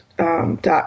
dot